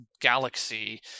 galaxy